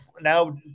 now